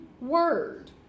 word